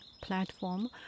platform